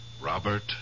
Robert